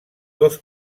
dos